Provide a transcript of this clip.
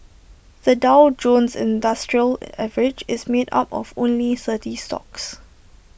the Dow Jones industrial average is made up of only thirty stocks